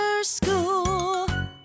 School